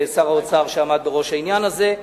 שר האוצר שעמד בראש העניין הזה,